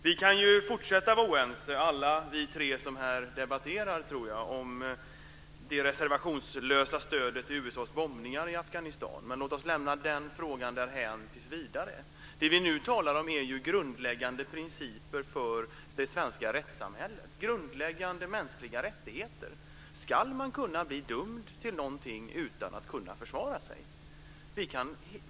Vi kan ju fortsätta vara oense, alla vi tre som här debatterar, tror jag, om det reservationslösa stödet till USA:s bombningar i Afghanistan, men låt oss lämna den frågan därhän tills vidare. Det vi nu talar om är grundläggande principer för det svenska rättssamhället: grundläggande mänskliga rättigheter. Ska man kunna bli dömd till någonting utan att kunna försvara sig?